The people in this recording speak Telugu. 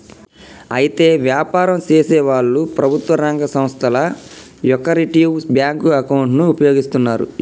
అయితే వ్యాపారం చేసేవాళ్లు ప్రభుత్వ రంగ సంస్థల యొకరిటివ్ బ్యాంకు అకౌంటును ఉపయోగిస్తారు